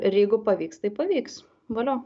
ir jeigu pavyks tai pavyks valio